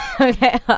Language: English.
Okay